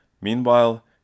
Meanwhile